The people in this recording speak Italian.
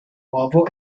uovo